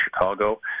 Chicago